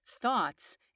thoughts